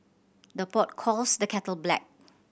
the pot calls the kettle black